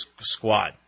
squad